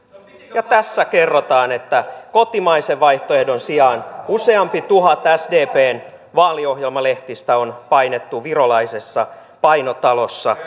ja tässä kerrotaan että kotimaisen vaihtoehdon sijaan useampi tuhat sdpn vaaliohjelmalehtistä on painettu virolaisessa painotalossa